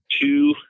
two